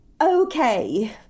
okay